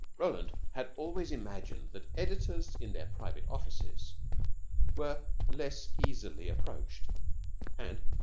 roland had always imagined that editors in their private offices were less easily approached and,